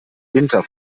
winter